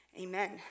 Amen